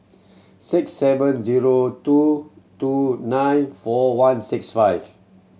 six seven zero two two nine four one six five